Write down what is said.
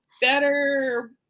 better